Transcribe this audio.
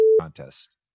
contest